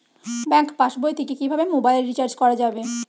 Bank পাশবই থেকে কিভাবে মোবাইল রিচার্জ করা যাবে?